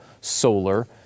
solar